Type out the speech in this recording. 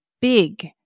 big